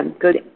good